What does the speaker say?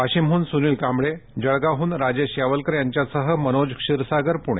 वाशिमहून सूनील कांबळे जळगावहून राजेश यावलकर यांच्यासह मनोज क्षीरसागर पुणे